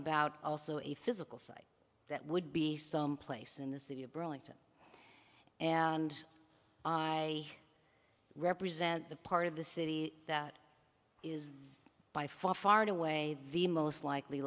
about also a physical site that would be some place in the city of brilinta and i represent the part of the city that is by far far away the most likely